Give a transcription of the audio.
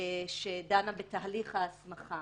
שדנה בתהליך ההסמכה